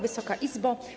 Wysoka Izbo!